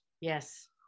Yes